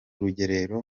rugerero